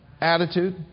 attitude